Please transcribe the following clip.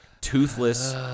Toothless